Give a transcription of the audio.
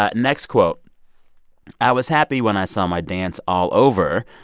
ah next quote i was happy when i saw my dance all over,